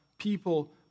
People